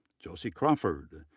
josie crawford,